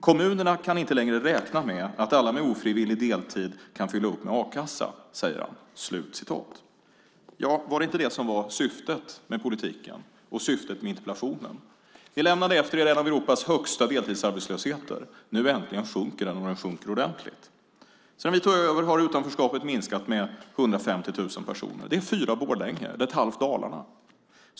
Kommunerna kan inte längre räkna med att alla med ofrivillig deltid kan fylla upp med a-kassa, säger han." Var inte det syftet med politiken och med interpellationen? Ni lämnade efter er en av Europas högsta deltidsarbetslösheter. Nu äntligen sjunker den, och den sjunker ordentligt. Sedan vi tog över har utanförskapet minskat med 150 000 personer. Det är fyra Borlänge eller ett halvt Dalarna.